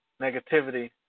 negativity